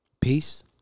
Peace